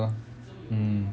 mm